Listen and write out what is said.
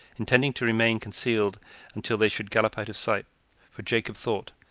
intending to remain concealed until they should gallop out of sight for jacob thought,